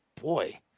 Boy